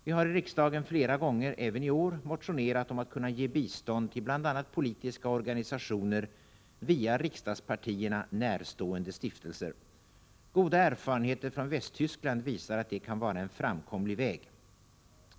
Vi har i riksdagen flera gånger — även i år — motionerat om att man skall kunna ge bistånd till bl.a. politiska organisationer via riksdagspartierna närstående stiftelser. Goda erfarenheter från Västtyskland visar, att detta kan vara en framkomlig väg.